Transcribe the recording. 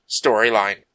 storyline